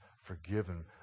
forgiven